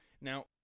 Now